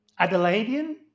Adelaidean